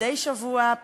מדי שבוע,